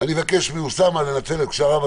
הם אמרו שהם יוציאו נוהל.